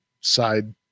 side